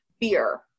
fear